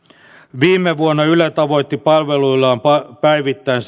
viime vuonna yle tavoitti palveluillaan päivittäin